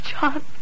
John